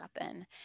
happen